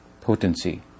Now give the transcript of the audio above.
potency